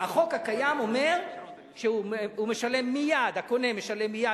החוק הקיים אומר שהקונה משלם מייד,